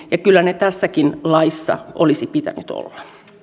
ja kyllä niiden tässäkin laissa olisi pitänyt olla